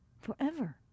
Forever